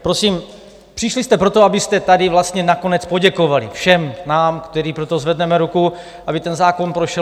Prosím, přišli jste proto, abyste tady vlastně nakonec poděkovali všem nám, kteří pro to zvedneme ruku, aby ten zákon prošel.